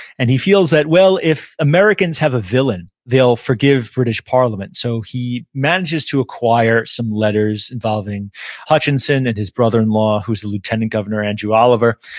and he feels that well, if americans have a villain, they'll forgive british parliament so he manages to acquire some letters involving hutchinson and his brother-in-law, who's the lieutenant governor, andrew oliver,